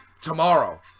Tomorrow